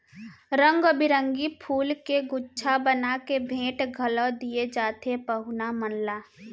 रंग बिरंगी फूल के गुच्छा बना के भेंट घलौ दिये जाथे पहुना मन ला